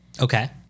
Okay